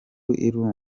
irambuye